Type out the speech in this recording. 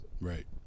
Right